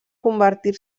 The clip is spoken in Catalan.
convertir